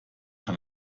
hat